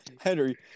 Henry